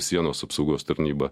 sienos apsaugos tarnyba